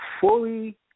fully